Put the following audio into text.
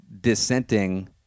dissenting